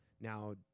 Now